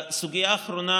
והסוגיה האחרונה,